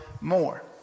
more